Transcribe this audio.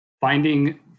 finding